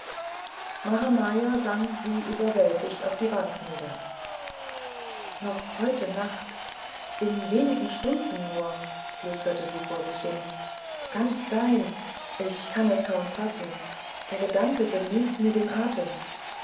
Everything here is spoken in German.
mahamaya sank wie überwältigt auf die bank nieder noch heute nacht in wenigen stunden nur flüsterte sie vor sich hin ganz dein ich kann es kaum fassen der gedanke benimmt mir den atem